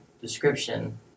description